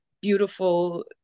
beautiful